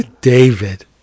David